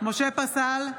משה פסל,